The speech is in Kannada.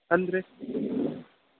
ಅಂದರೆ